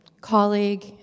colleague